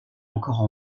encore